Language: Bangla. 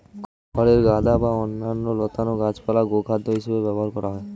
খড়ের গাদা বা অন্যান্য লতানো গাছপালা গোখাদ্য হিসেবে ব্যবহার করা হয়